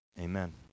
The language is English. Amen